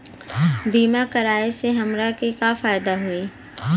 बीमा कराए से हमरा के का फायदा होई?